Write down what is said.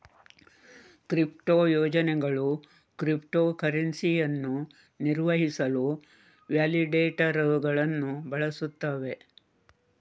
crypto ಯೋಜನೆಗಳು crypto ಕರೆನ್ಸಿಯನ್ನು ನಿರ್ವಹಿಸಲು ವ್ಯಾಲಿಡೇಟರುಗಳನ್ನು ಬಳಸುತ್ತವೆ